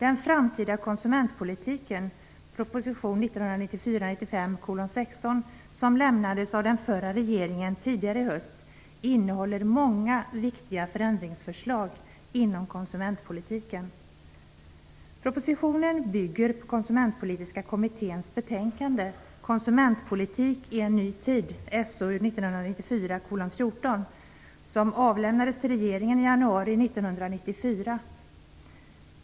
1994/95:16, som avlämnades av den förra regeringen tidigare i höst innehåller många viktiga förändringsförslag inom konsumentpolitiken. , som avlämnades till regeringen i januari 1994.